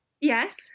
Yes